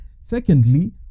Secondly